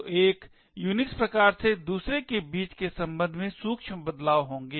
तो एक यूनिक्स प्रकार से दूसरे के बीच के संबंध में सूक्ष्म बदलाव होंगे